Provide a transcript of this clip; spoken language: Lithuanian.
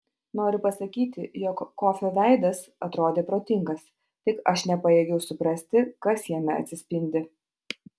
noriu pasakyti jog kofio veidas atrodė protingas tik aš nepajėgiau suprasti kas jame atsispindi